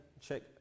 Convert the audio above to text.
Check